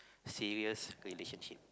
serious relationship